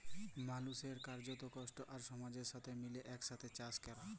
মালুসের কার্যত, কষ্ট আর সমাজের সাথে মিলে একসাথে চাস ক্যরা